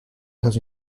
dans